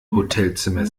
hotelzimmer